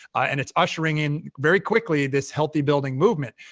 and it's ushering in, very quickly, this healthy building movement,